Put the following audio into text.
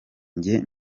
njye